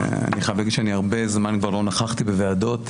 אני חייב להגיד שאני הרבה זמן כבר לא נכחתי בוועדות.